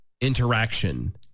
interaction